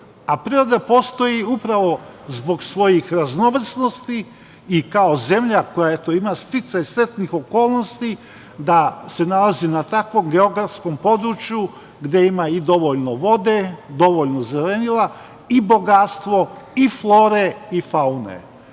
a priroda postoji upravo zbog svojih raznovrsnosti i kao zemlja koja ima sticaj srećnih okolnosti da se nalazi na takvom geografskom području gde ima i dovoljno vode, dovoljno zelenila i bogatstvo i flore i faune.